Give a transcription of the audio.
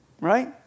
right